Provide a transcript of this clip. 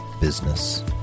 business